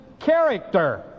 character